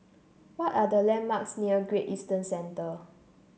what are the landmarks near Great Eastern Centre